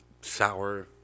sour